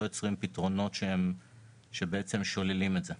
יוצרים פתרונות שהם בעצם שוללים את זה.